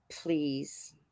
Please